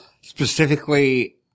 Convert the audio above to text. specifically